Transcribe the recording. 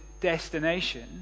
destination